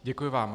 Děkuji vám.